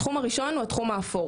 התחום הראשון הוא התחום האפור